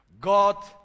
god